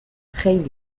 خیلی